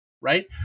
right